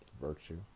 virtue